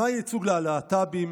מה הייצוג ללהט"בים?